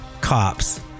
cops